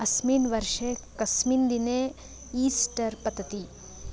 अस्मिन् वर्षे कस्मिन् दिने ईस्टर् पतति